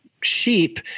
sheep